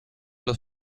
los